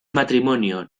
matrimonio